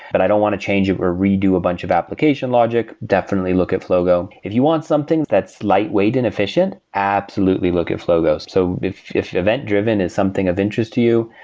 but i don't want to change it, or redo a bunch of application logic, definitely look at flogo if you want something that's lightweight and efficient, absolutely look at flogo. so if if event-driven is something of interest to you,